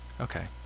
okay